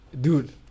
Dude